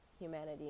humanity